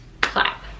clap